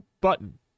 button